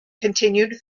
continued